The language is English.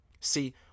See